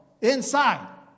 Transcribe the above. inside